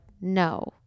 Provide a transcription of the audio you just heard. no